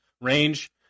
range